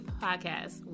podcast